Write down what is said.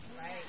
Right